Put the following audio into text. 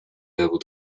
level